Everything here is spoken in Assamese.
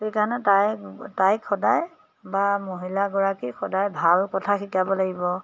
সেইকাৰণে তাই তাইক সদায় বা মহিলাগৰাকীক সদায় ভাল কথা শিকাব লাগিব